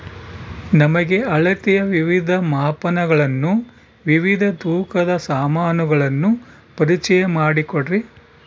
ನಮಗೆ ಅಳತೆಯ ವಿವಿಧ ಮಾಪನಗಳನ್ನು ವಿವಿಧ ತೂಕದ ಸಾಮಾನುಗಳನ್ನು ಪರಿಚಯ ಮಾಡಿಕೊಡ್ರಿ?